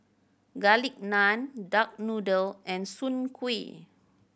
Garlic Naan duck noodle and Soon Kuih